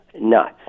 nuts